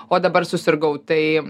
o dabar susirgau tai